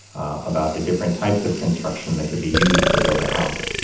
about the different types of construction that could be used to build a house.